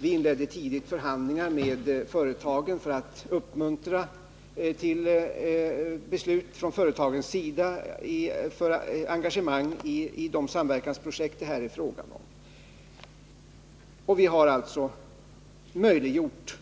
Vi inledde tidigt förhandlingar med företagen för att uppmuntra till beslut och engagemang från deras sida i det samverkansprojekt det här är fråga om. Vi har alltså möjliggjort